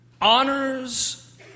honors